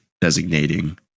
designating